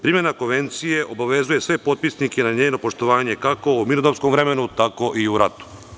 Primena Konvencije obavezuje sve potpisnike na njeno poštovanje, kako u mirodovskom vremenu, tako i u ratu.